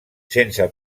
sense